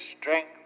strength